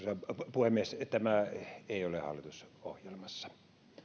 puhemies tämä ei ole hallitusohjelmassa